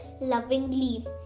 lovingly